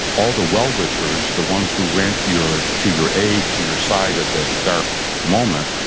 all the well wishers, the ones who ran to your to your aid, to your side, at the dark moment,